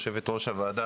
יושבת-ראש הוועדה,